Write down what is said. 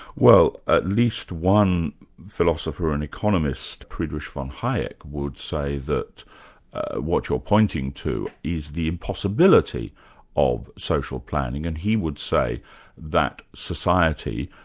well at least one philosopher and economist, friedrich von hayek would say that what you're pointing to is the impossibility of social planning, and he would say that society,